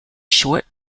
short